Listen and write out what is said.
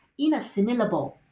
inassimilable